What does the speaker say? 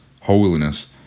holiness